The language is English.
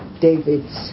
David's